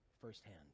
firsthand